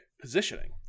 positioning